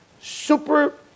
Super